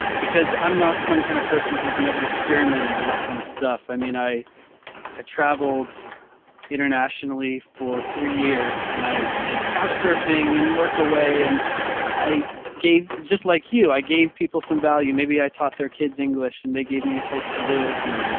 because i'm not some kind of person who's never experimented with this kind of stuff. i mean, i i ah traveled internationally for three years and i did couch surfing and work away and i gave just like you i gave people some value. maybe i taught their kids english and they gave me a place to live and,